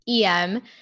EM